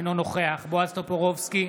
אינו נוכח בועז טופורובסקי,